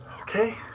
Okay